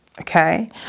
okay